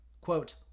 Quote